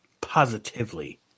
positively